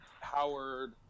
Howard